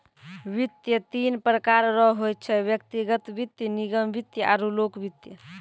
वित्त तीन प्रकार रो होय छै व्यक्तिगत वित्त निगम वित्त आरु लोक वित्त